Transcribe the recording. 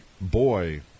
boy